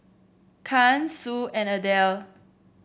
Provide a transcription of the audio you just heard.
Caryn Sue and Adell